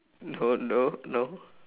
no no no